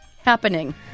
happening